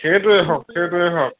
সেইটোৱেই হওক সেইটোৱেই হওক